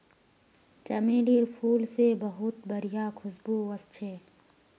चमेलीर फूल से बहुत बढ़िया खुशबू वशछे